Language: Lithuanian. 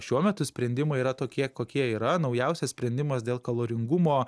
šiuo metu sprendimai yra tokie kokie yra naujausias sprendimas dėl kaloringumo